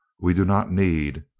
we do not need.